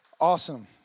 Awesome